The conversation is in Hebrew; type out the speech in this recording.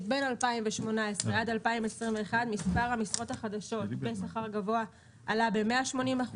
בין 2018 ל-2021 הוא שמספר המשרות החדשות בשכר גבוה עלה ב-180%,